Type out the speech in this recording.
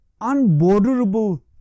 unborderable